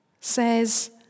says